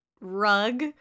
rug